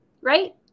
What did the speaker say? Right